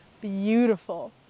beautiful